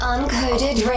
Uncoded